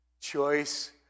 choice